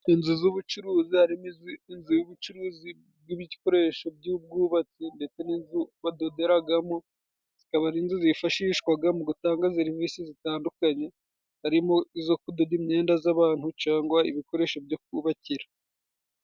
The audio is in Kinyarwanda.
Inzu z'ubucuruzi hari mo, inzu y'ubucuruzi bw'ibikoresho by'ubwubatsi, ndetse n'inzu badoderaga mo, zikaba ari inzu zifashishwaga mu gutanga serivisi zitandukanye, hari mo izo kudoda imyenda z'abantu, cyangwa ibikoresho byokubakira.